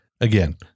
again